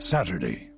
Saturday